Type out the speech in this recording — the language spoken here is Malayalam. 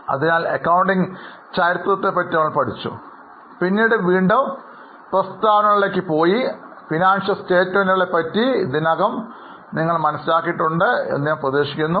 അതിനാൽ അക്കൌണ്ടിംഗ് ചരിത്രത്തെക്കുറിച്ച് നമ്മൾ പഠിച്ചു പിന്നീട് വീണ്ടും പ്പ്രസ്താവനകളിലേക്ക് പോയി സാമ്പത്തിക പ്രസ്താവനകളെ കുറിച്ച് ഇതിനകം നിങ്ങൾ മനസ്സിലാക്കിയിട്ടുണ്ട് എന്ന് ഞാൻ പ്രതീക്ഷിക്കുന്നു